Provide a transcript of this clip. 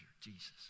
Jesus